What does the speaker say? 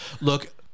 look